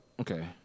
okay